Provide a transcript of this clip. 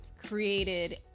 created